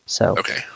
Okay